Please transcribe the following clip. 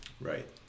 Right